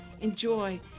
Enjoy